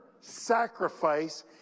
sacrifice